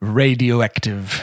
radioactive